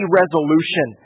resolution